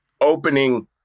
opening